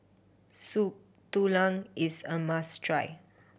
Soup Tulang is a must try